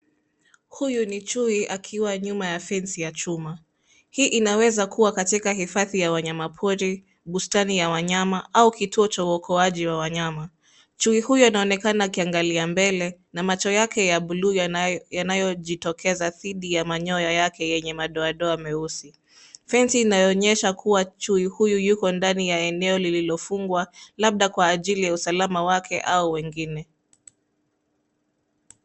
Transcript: Huyu ni chui akiwa nyuma ya fenzi ya chuma hii inaweza kuwa katika hifadi ya wanyama pori, pustani ya wanyama au kituo cha uokoaji wa wanyama, chui huyu anaonekana akiangalia mbele na macho yake ya blue yanayojitokesa thiti ya manyoya yake yenye madoadoa ya meusi, fenzi inaonyesha kuwa chui huyu Yuko ndani la eneo lililofungwa labda Kwa ajili ya usalama wake au wengine